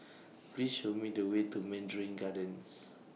Please Show Me The Way to Mandarin Gardens